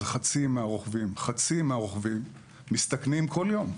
חצי מהרוכבים מסתכנים כל יום.